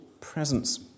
presence